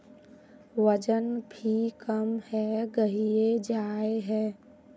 वजन भी कम है गहिये जाय है?